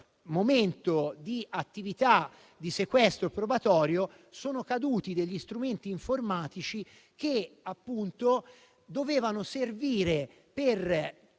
momento di attività di sequestro probatorio sono caduti degli strumenti informatici che dovevano servire per